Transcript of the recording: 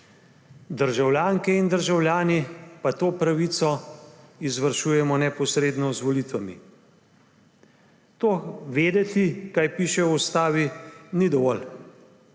državljanke in državljani pa to pravico izvršujemo neposredno z volitvami. To vedeti, kaj piše v ustavi, ni dovolj.